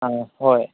ꯑꯥ ꯍꯣꯏ